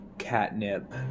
catnip